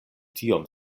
tiom